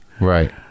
Right